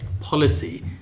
policy